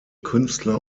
künstler